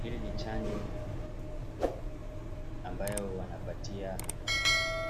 Hili ni chanjo ambayo wanapatia